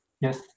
yes